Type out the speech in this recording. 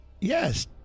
Yes